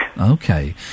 Okay